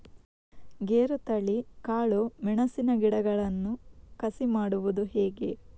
ಗೇರುತಳಿ, ಕಾಳು ಮೆಣಸಿನ ಗಿಡಗಳನ್ನು ಕಸಿ ಮಾಡುವುದು ಹೇಗೆ?